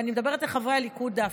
ואני מדברת אל חברי הליכוד דווקא,